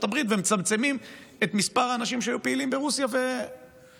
הברית ומצמצמים את מספר האנשים שהיו פעילים ברוסיה ובבלרוס.